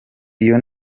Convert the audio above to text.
iyo